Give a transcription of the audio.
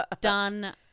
done